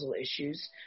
issues